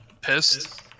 pissed